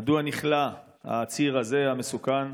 1. מדוע נכלא העציר הזה, המסוכן,